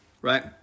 right